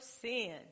sin